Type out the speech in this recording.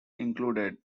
included